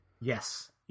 Yes